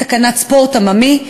תקנת ספורט עממי,